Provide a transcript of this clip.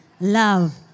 Love